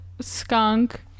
Skunk